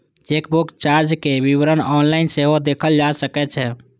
chequebook चार्जक विवरण online सेहो देखल जा सकै छै